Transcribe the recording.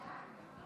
געוואלד.